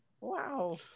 Wow